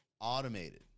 automated